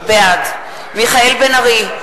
בעד מיכאל בן-ארי,